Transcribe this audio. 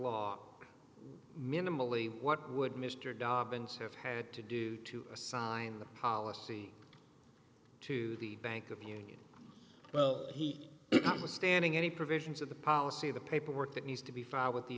law minimally what would mr don binns have had to do to assign the policy to the bank of union well he was standing any provisions of the policy the paperwork that needs to be filed with the